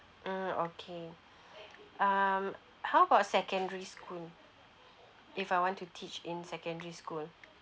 ah okay um how about secondary school if I want to teach in secondary school